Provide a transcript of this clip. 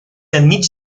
enmig